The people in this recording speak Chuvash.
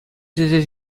тесе